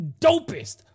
dopest